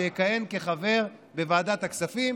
שיכהן כחבר בוועדת הכספים.